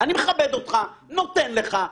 אני מכבד אותך, נותן לך.